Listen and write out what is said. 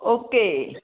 okay